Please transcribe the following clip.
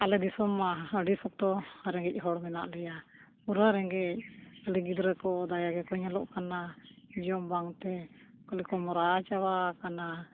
ᱟᱞᱮ ᱫᱤᱥᱚᱢ ᱢᱟ ᱟᱹᱰᱤ ᱥᱚᱛᱚ ᱨᱮᱸᱜᱮᱡ ᱦᱚᱲ ᱢᱮᱱᱟᱜ ᱞᱮᱭᱟ ᱯᱩᱨᱟᱹ ᱨᱮᱸᱜᱮᱡ ᱜᱤᱫᱽᱨᱟᱹ ᱠᱚ ᱫᱟᱭᱟ ᱜᱮᱠᱚ ᱧᱮᱞᱚᱜ ᱠᱟᱱᱟ ᱡᱚᱢ ᱵᱟᱝᱛᱮ ᱠᱷᱟᱹᱞᱤᱠᱚ ᱢᱚᱨᱟ ᱪᱟᱵᱟ ᱟᱠᱟᱱᱟ